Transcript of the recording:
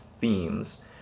themes